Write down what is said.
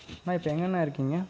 அண்ணா இப்போ எங்கேண்ணா இருக்கீங்க